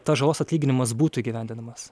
tas žalos atlyginimas būtų įgyvendinamas